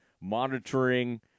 monitoring